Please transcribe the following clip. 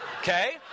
Okay